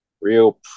real